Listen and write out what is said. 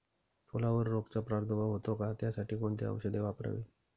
फुलावर रोगचा प्रादुर्भाव होतो का? त्यासाठी कोणती औषधे वापरावी?